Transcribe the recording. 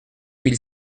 mille